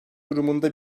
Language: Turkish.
durumunda